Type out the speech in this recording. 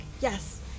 yes